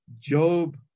Job